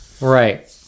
right